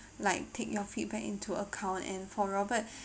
like take your feedback into account and for robert